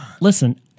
listen